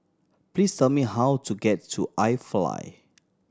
please tell me how to get to iFly